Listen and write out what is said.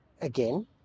again